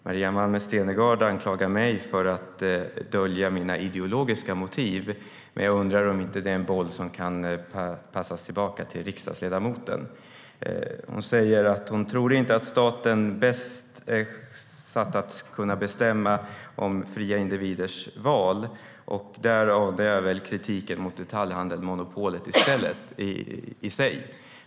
Maria Malmer Stenergard anklagar nämligen mig för att dölja mina ideologiska motiv, men jag undrar om inte det är en boll som kan passas tillbaka till riksdagsledamoten. Hon säger att hon inte tror att staten är bäst satt att kunna bestämma om fria individers val, därav kritiken mot detaljhandelsmonopolet i sig.